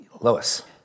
Lois